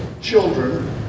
children